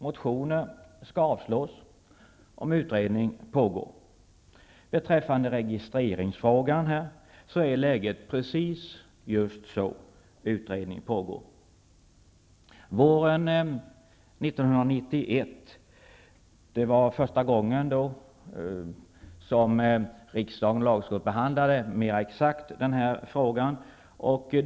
Motioner skall avslås om utredning pågår. Beträffande frågan om registrering är läget just det att utredning pågår. Våren 1991 var första gången som riksdagen och lagutskottet mer exakt behandlade denna fråga.